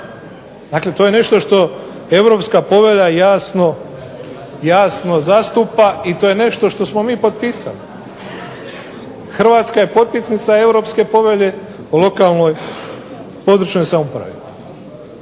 Dakle, to je nešto što Europska povelja jasno zastupa i to je nešto što smo mi potpisali. Hrvatska je potpisnica Europske povelje o lokalnoj područnoj samoupravi.